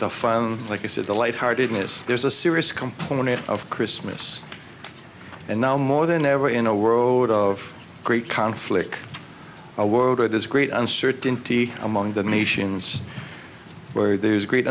the fun like i said the light heartedness there's a serious component of christmas and now more than ever in a world of great conflict a world where this great uncertainty among the nations where there's great